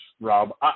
Rob